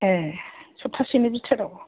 ए सपथासेनि बिथोराव